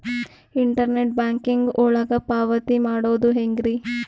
Internet banking ಒಳಗ ಪಾವತಿ ಮಾಡೋದು ಹೆಂಗ್ರಿ?